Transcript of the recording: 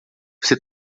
você